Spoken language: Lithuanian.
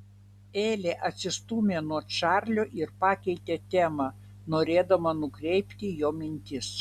elė atsistūmė nuo čarlio ir pakeitė temą norėdama nukreipti jo mintis